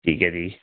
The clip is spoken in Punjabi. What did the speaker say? ਠੀਕ ਹੈ ਜੀ